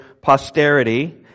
posterity